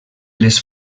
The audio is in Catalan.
les